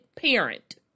parent